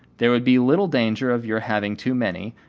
there would be little danger of your having too many,